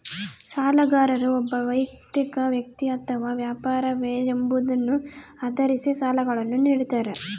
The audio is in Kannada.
ಸಾಲಗಾರರು ಒಬ್ಬ ವೈಯಕ್ತಿಕ ವ್ಯಕ್ತಿ ಅಥವಾ ವ್ಯಾಪಾರವೇ ಎಂಬುದನ್ನು ಆಧರಿಸಿ ಸಾಲಗಳನ್ನುನಿಡ್ತಾರ